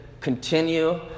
continue